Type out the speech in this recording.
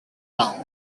town